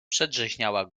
przedrzeźniała